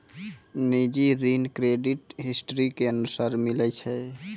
निजी ऋण credit history के अनुसार मिलै छै